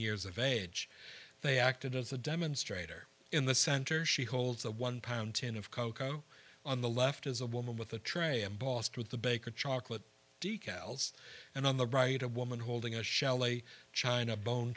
years of age they acted as a demonstrator in the center she holds a one pound tin of cocoa on the left as a woman with a tray embossed with the baker chocolate decals and on the right a woman holding a shell a china bone